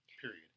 period